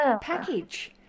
package